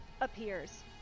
appears